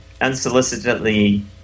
unsolicitedly